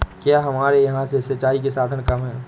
क्या हमारे यहाँ से सिंचाई के साधन कम है?